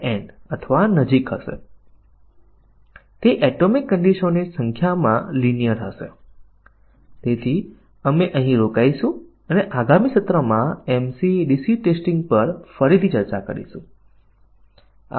તેથી પછીના સત્રમાં આપણે MCDC પરીક્ષણ એટલેકે મલ્ટિપલ કંડિશન ડિસીઝન કવરેજ જોઈશું અને જોઈશું કે ત્યાં શું સામેલ છે કેવી રીતે પરીક્ષણ કેસ બને છે અને ત્યાં શું મૂળભૂત ખ્યાલો છે